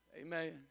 Amen